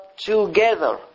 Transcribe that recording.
together